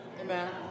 Amen